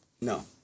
No